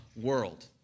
world